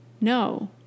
no